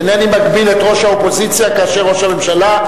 אינני מגביל את ראש האופוזיציה כאשר ראש הממשלה,